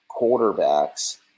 quarterbacks